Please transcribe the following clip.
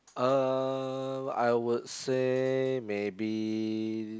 um I would say maybe